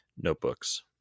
notebooks